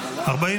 נתקבל.